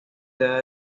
edad